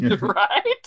Right